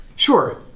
Sure